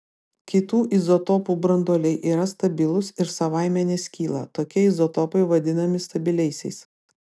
kitų izotopų branduoliai yra stabilūs ir savaime neskyla tokie izotopai vadinami stabiliaisiais